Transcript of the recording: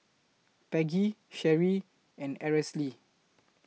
Peggy Cherie and Aracely